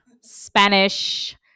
Spanish